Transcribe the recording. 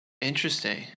Interesting